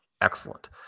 excellent